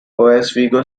oswego